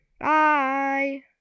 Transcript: bye